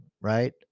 right